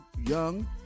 young